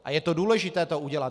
A je důležité to udělat.